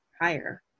higher